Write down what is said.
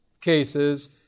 cases